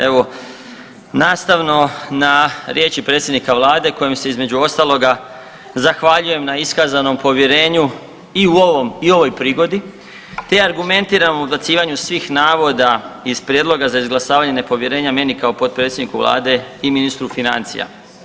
Evo nastavno na riječi predsjednika Vlade kojem se između ostaloga zahvaljujem na iskazanom povjerenju i u ovoj prigodi te argumentirano o odbacivanju svih navoda iz Prijedloga za izglasavanje nepovjerenja meni kao potpredsjedniku Vlade i ministru financije.